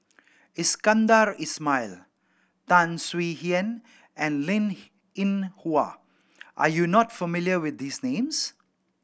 Iskandar Ismail Tan Swie Hian and Linn In Hua are you not familiar with these names